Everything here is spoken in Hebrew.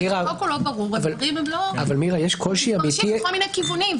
אם המחוקק לא ברור --- יש קושי אמיתי --- מפרשים בכל מיני כיוונים,